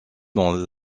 dans